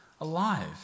alive